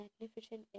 magnificent